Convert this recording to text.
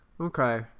okay